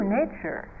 nature